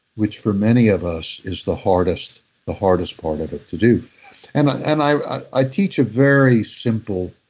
which for many of us is the hardest the hardest part of it to do and and i i teach a very simple